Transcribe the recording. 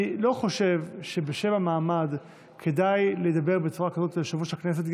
אני לא חושב שכדאי לדבר בצורה כזאת על יושב-ראש הכנסת,